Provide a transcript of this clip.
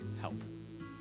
help